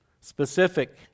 Specific